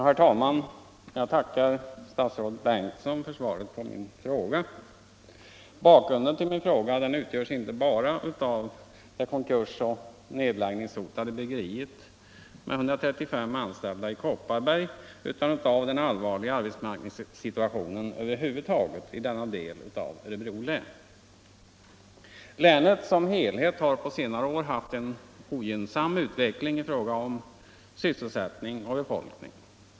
Herr talman! Jag tackar statsrådet Bengtsson för svaret på min fråga. Bakgrunden till min fråga är inte bara det konkursoch nedläggningshotade bryggeriet med 135 anställda i Kopparberg utan den allvarliga arbetsmarknadssituationen över huvud taget i denna del av Örebro län. Även länet som helhet har på senare år uppvisat en ogynnsam utveckling i fråga om sysselsättning och befolkning.